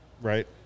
right